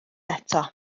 eto